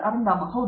ಅರಂದಾಮ ಸಿಂಗ್ ಹೌದು